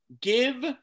give